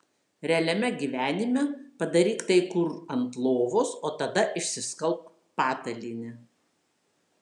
realiame gyvenime padaryk tai kur ant lovos o tada išsiskalbk patalynę